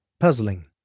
puzzling